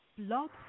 Blog